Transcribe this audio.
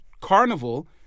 Carnival